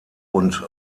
und